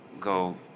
go